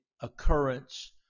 occurrence